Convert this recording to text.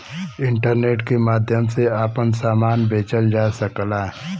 internet के माध्यम से आपन सामान बेचल जा सकला